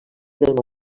del